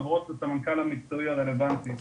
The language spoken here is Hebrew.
והן עוברות לסמנכ"ל המקצועי הרלוונטי.